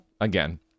again